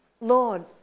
Lord